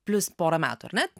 plius pora metų ar ne